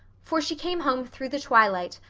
for she came home through the twilight,